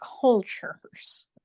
cultures